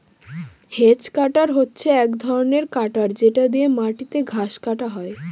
hedge cutter হচ্ছে এক ধরনের কাটার যেটা দিয়ে মাটিতে ঘাস কাটা হয়